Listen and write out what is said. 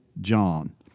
John